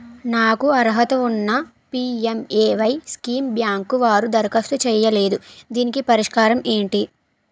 నాకు అర్హత ఉన్నా పి.ఎం.ఎ.వై స్కీమ్ బ్యాంకు వారు దరఖాస్తు చేయలేదు దీనికి పరిష్కారం ఏమిటి?